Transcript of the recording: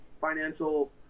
financial